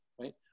right